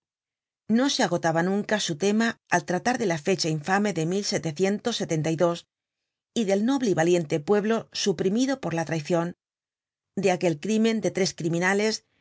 no se agotaba nunca su tema al tratar de la fecha infame de y del noble y valiente pueblo suprimido por la traicion de aquel crimen de tres criminales